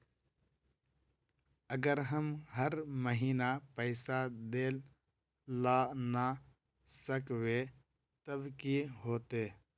अगर हम हर महीना पैसा देल ला न सकवे तब की होते?